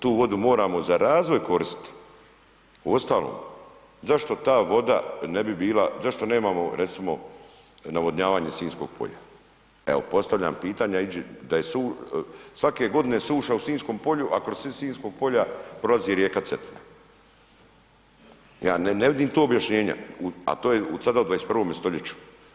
Tu vodu moramo za razvoj koristiti, uostalom zašto ta voda ne bi bila, zašto nemamo recimo navodnjavanje Sinjskog polja, evo postavljam pitanje, da je svake godine suša u Sinjskom polju, a kroz Sinjskog polja prolazi rijeka Cetina, ja ne vidim tu objašnjenja, a to je sada u 21. stoljeću.